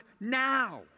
now